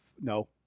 no